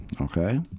okay